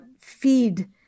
feed